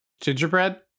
gingerbread